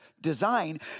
design